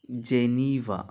Geneva